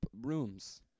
rooms